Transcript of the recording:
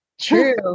True